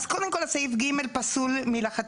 אז קודם כול, סעיף (ג) פסול מלכתחילה.